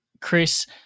Chris